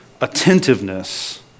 attentiveness